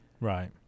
Right